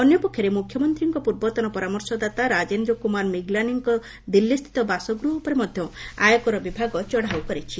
ଅନ୍ୟପକ୍ଷରେ ମୁଖ୍ୟମନ୍ତ୍ରୀଙ୍କ ପୂର୍ବତନ ପରାମର୍ଶଦାତା ରାଜେନ୍ଦ୍ର କୁମାର ମିଗ୍ଲାନୀଙ୍କ ଦିଲ୍ଲୀସ୍ଥିତ ବାସଗୃହ ଉପରେ ମଧ୍ୟ ଆୟକର ବିଭାଗ ଚଢ଼ଉ କରିଛି